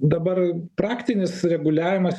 dabar praktinis reguliavimas